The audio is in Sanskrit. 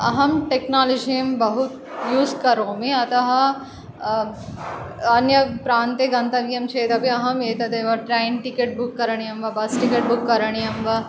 अहं टेक्नालजीं बहु यूस् करोमि अतः अन्यप्रान्ते गन्तव्यं चेदपि अहम् एतदेव ट्रैन् टिकेट् बुक् करणाीयं वा बस् टिकेट् बुक् करणीयं वा